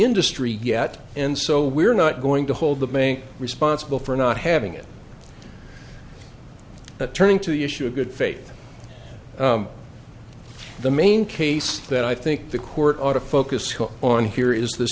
industry yet and so we're not going to hold the bank responsible for not having it turning to the issue of good faith the main case that i think the court ought to focus on here is th